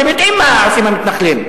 אתם יודעים מה עושים המתנחלים,